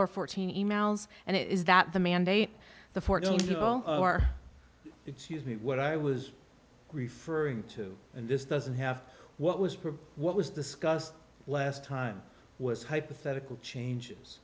or fourteen emails and it is that the mandate the fourteenth or well excuse me what i was referring to and this doesn't have what was what was discussed last time was hypothetical changes